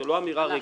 זו לא אמירה ריקה.